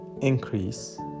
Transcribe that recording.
increase